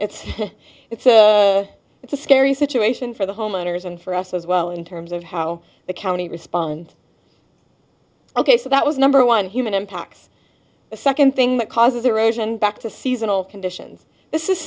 it's it's a scary situation for the homeowners and for us as well in terms of how the county respond ok so that was number one human impacts the second thing that causes erosion back to seasonal conditions this is